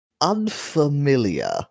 unfamiliar